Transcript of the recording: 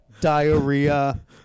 diarrhea